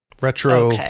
retro